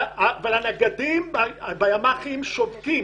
אבל הנגדים בימ"חים שובתים,